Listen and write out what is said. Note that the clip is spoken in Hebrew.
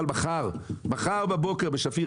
מחר בבוקר בשפיר.